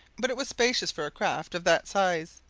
but it was spacious for a craft of that size,